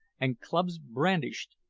and clubs brandished,